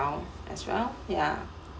as well ya